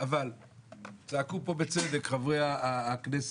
אבל צעקו פה בצדק חברי הכנסת,